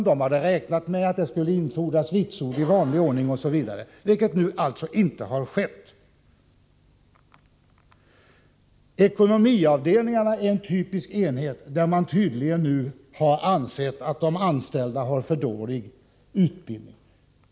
De hade räknat med att det skulle komma att infordras vitsord i vanlig ordning osv. Så har nu alltså inte varit fallet. Ekonomiavdelningarna är en typisk enhet där man nu tydligen har ansett att de anställda har för dålig utbildning.